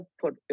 put